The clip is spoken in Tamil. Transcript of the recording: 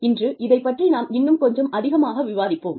இன்று இதைப் பற்றி நாம் இன்னும் கொஞ்சம் அதிகமாக விவாதிப்போம்